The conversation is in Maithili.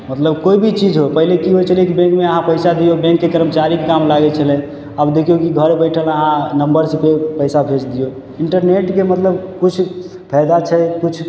मतलब कोइ भी चीज हो पहिले की होइ छलै कि बैंकमे अहाँ पैसा दियौ बैंकके कर्मचारीके काम लागय छलै आब देखियौ कि घरे बैठल अहाँ मेम्बर्स सभके पैसा भेज दियौ इन्टरनेटके मतलब किछु फाइदा छै किछु